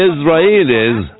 Israelis